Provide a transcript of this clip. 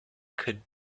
could